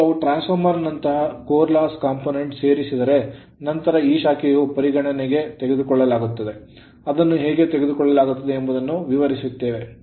ಈಗ ನಾವು transformer ನಂತಹ ಕೋರ್ ಲಾಸ್ ಕಾಂಪೊನೆಂಟ್ ಸೇರಿಸಿದರೆ ನಂತರ ಈ ಶಾಖೆಯನ್ನು ಪರಿಗಣನೆಗೆ ತೆಗೆದುಕೊಳ್ಳಲಾಗುತ್ತದೆ ಅದನ್ನು ಹೇಗೆ ತೆಗೆದುಕೊಳ್ಳಲಾಗುತ್ತದೆ ಎಂಬುದನ್ನು ವಿವರಿಸುತ್ತೇವೆ